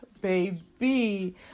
baby